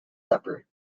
supper